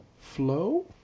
flow